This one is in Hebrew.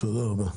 תודה רבה.